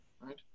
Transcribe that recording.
Right